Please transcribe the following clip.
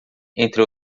entre